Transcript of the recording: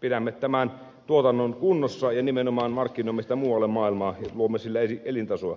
pidämme tämän tuotannon kunnossa ja nimenomaan markkinoimme sitä muualle maailmaan ja luomme sillä elintasoa